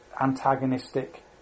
antagonistic